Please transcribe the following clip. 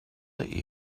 let